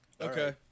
Okay